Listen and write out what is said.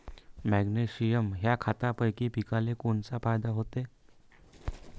Magnesium ह्या खतापायी पिकाले कोनचा फायदा होते?